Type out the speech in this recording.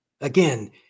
Again